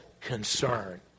concern